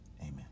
Amen